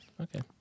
Okay